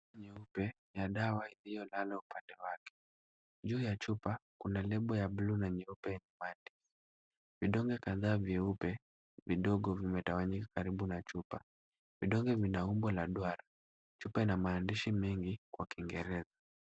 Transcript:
Nyeupe ya dawa iliyolala upande yake. Juu ya chupa kuna lebo ya buluu na nyeupe. Vidonge kadhaa vyeupe vidogo vimetawanyika karibu na chupa. Vidonge vina umbo la duara. Chupa ina maandishi mengi kwa kiingereza.